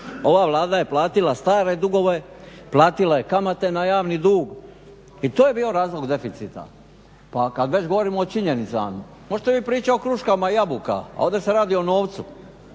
ova Vlada je platila stare dugove, platila je kamate na javni dug i to je bio razlog deficita. Pa kad već govorimo o činjenicama. Možete vi pričati o kruškama i jabukama, a ovdje se radi o novcu.